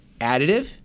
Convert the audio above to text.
additive